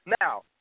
Now